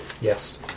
Yes